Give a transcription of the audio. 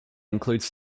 includes